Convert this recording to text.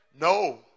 No